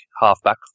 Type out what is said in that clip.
half-back